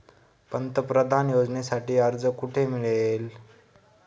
पंतप्रधान योजनेसाठी अर्ज कुठे मिळेल?